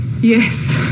Yes